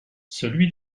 celui